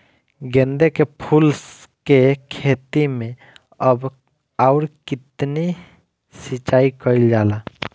गेदे के फूल के खेती मे कब अउर कितनी सिचाई कइल जाला?